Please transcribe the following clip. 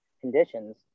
conditions